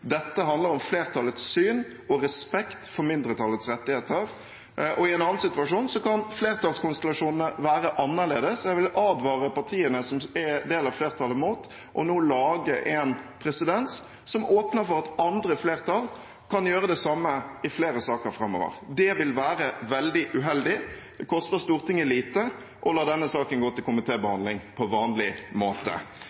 Dette handler om flertallets syn og respekt for mindretallets rettigheter. I en annen situasjon kan flertallskonstellasjonene være annerledes, og jeg vil advare partiene som er del av flertallet, mot nå å lage en presedens som åpner for at andre flertall kan gjøre det samme i flere saker framover. Det vil være veldig uheldig. Det koster Stortinget lite å la denne saken gå til komitébehandling på vanlig måte.